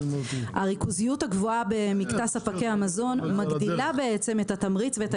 הריכוזיות הגבוהה ב- -- ספקי המזון מגדילה את התמריץ ואת